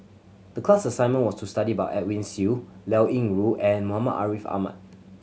the class assignment was to study about Edwin Siew Liao Yingru and Muhammad Ariff Ahmad